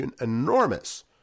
enormous